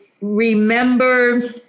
remember